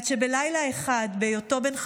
עד שבלילה אחד, בהיותו בן חמש,